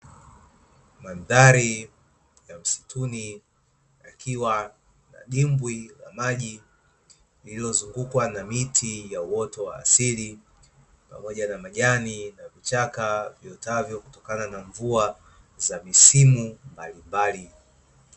Mandhari ya msituni ikiwa na dimbwi la maji lililozungukwa na miti ya uoto wa asili pamoja na majani na vichaka viotavyo kutokana na mvua za misumu mbali mbali.